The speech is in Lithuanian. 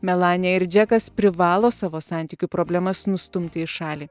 melanija ir džekas privalo savo santykių problemas nustumti į šalį